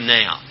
now